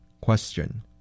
Question